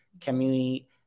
community